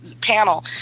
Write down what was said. panel